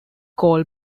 gall